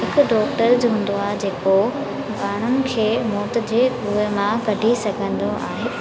हिकु डॉक्टर जो हूंदो आहे जेको ॿारनि खे मौत जे कूएं मां कढी सघंदो आहे